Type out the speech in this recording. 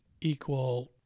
equal